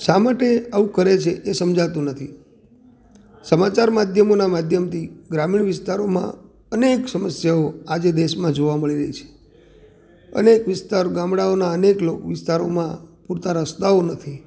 શા માટે આવું કરે છે એ સમજાતું નથી સમાચારના માધ્યમોના માધ્યમથી ગ્રામીણ વિસ્તારોમાં અનેક સમસ્યાઓ આજે દેશમાં જોવા મળી રહી છે અનેક વિસ્તાર અનેક ગામડાના વિસ્તારોમાં પૂરતા રસ્તાઓ નથી